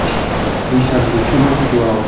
बैसाग जेथो मासआव